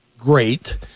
great